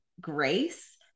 grace